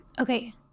okay